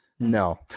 No